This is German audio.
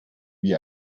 wie